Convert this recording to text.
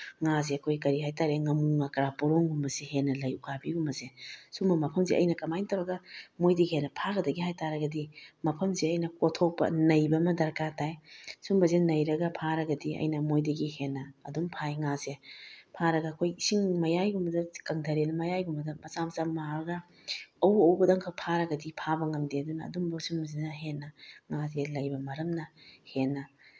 ꯉꯥꯁꯦ ꯑꯩꯈꯣꯏ ꯀꯔꯤ ꯍꯥꯏ ꯇꯥꯔꯦ ꯉꯃꯨ ꯉꯀ꯭ꯔꯥ ꯄꯣꯔꯣꯡꯒꯨꯝꯕꯁꯦ ꯍꯦꯟꯅ ꯂꯩ ꯎꯀꯥꯕꯤꯒꯨꯝꯕꯁꯦ ꯁꯨꯝꯕ ꯃꯐꯝꯁꯦ ꯑꯩꯅ ꯀꯃꯥꯏꯅ ꯇꯧꯔꯒ ꯃꯣꯏꯗꯒꯤ ꯍꯦꯟꯅ ꯐꯥꯒꯗꯒꯦ ꯍꯥꯏꯕ ꯇꯥꯔꯒꯗꯤ ꯃꯐꯝꯁꯦ ꯑꯩꯅ ꯀꯣꯊꯣꯛꯄ ꯅꯩꯕ ꯑꯃ ꯗꯔꯀꯥꯔ ꯇꯥꯏ ꯁꯨꯝꯕꯁꯦ ꯅꯩꯔꯒ ꯐꯥꯔꯒꯗꯤ ꯑꯩꯅ ꯃꯣꯏꯗꯒꯤ ꯍꯦꯟꯅ ꯑꯗꯨꯝ ꯐꯥꯏ ꯉꯥꯁꯦ ꯐꯥꯔꯒ ꯑꯩꯈꯣꯏ ꯏꯁꯤꯡ ꯃꯌꯥꯏꯒꯨꯝꯕꯗ ꯀꯪꯊꯔꯦꯅ ꯃꯌꯥꯏꯒꯨꯝꯕꯗ ꯃꯆꯥ ꯃꯆꯥ ꯃꯥꯔꯒ ꯑꯎ ꯑꯎꯕꯗꯪ ꯈꯛ ꯐꯥꯔꯒꯗꯤ ꯐꯥꯕ ꯉꯝꯗꯦ ꯑꯗꯨꯅ ꯑꯗꯨꯝ ꯃꯁꯤꯒꯨꯝꯕꯁꯤꯅ ꯍꯦꯟꯅ ꯉꯥꯁꯦ ꯂꯩꯕ ꯃꯔꯝꯅ ꯍꯦꯟꯅ